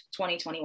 2021